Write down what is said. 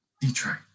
Detroit